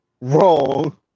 wrong